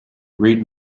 read